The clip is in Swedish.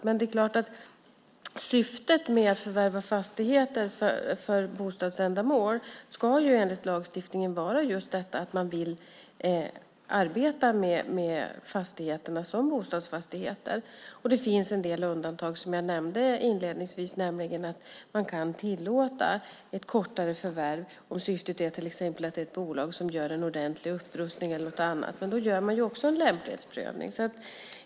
Men det är klart att syftet med att förvärva fastigheter för bostadsändamål enligt lagstiftningen ska vara just att man vill arbeta med fastigheterna som bostadsfastigheter. Det finns en del undantag, som jag nämnde inledningsvis. Man kan tillåta ett kortare förvärv till exempel om det är ett bolag som gör en ordentlig upprustning eller något annat. Men då gör man också en lämplighetsprövning.